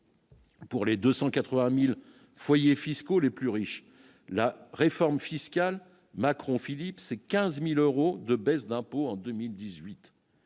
Pour les 280000 foyers fiscaux les plus riches la réforme fiscale macron Philips et 15000 euros de baisses d'impôts en 2018,